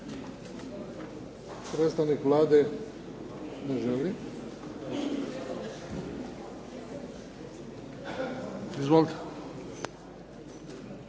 Predstavnik Vlade? Ne želi. Izvolite.